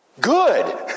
Good